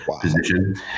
position